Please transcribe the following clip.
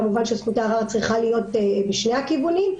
כמובן זכות הערר צריכה להיות בשני הכיוונים,